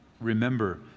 remember